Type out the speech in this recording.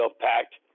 packed